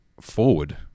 forward